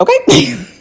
okay